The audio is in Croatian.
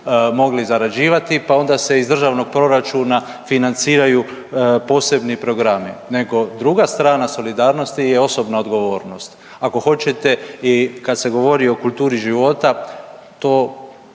mogli zarađivati pa onda se iz državnog proračuna financiraju posebni programi, nego druga strana solidarnosti je osobna odgovornost. Ako hoćete i kada se govori o kulturi života to